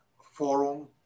forum